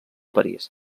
parís